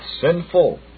sinful